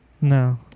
No